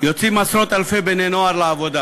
יוצאים עשרות-אלפי בני-נוער לעבודה,